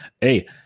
Hey